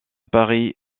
paris